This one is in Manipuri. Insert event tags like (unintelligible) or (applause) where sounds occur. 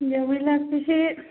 (unintelligible)